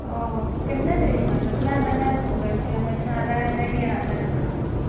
ओऽ केने छै ई होटल नहि नहि नहि सुनले छियै हमे एतऽ रहै नहि ने रहियै तै से